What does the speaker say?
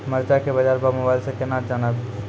मरचा के बाजार भाव मोबाइल से कैनाज जान ब?